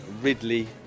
Ridley